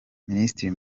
minisitiri